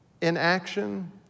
inaction